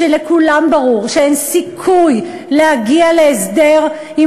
כשלכולם ברור שאין סיכוי להגיע להסדר אם